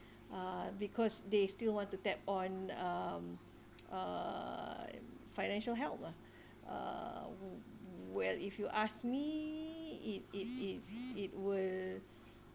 uh because they still want to tap on um uh financial help lah uh well if you ask me it it it it will